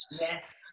Yes